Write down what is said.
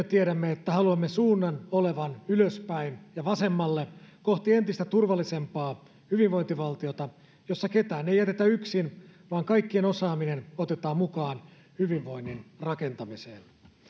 tiedämme että haluamme suunnan olevan ylöspäin ja vasemmalle kohti entistä turvallisempaa hyvinvointivaltiota jossa ketään ei jätetä yksin vaan kaikkien osaaminen otetaan mukaan hyvinvoinnin rakentamiseen